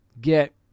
get